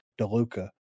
DeLuca